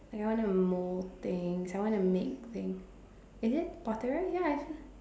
like I wanna mould things I wanna make thing is it potterer ya it's